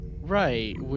Right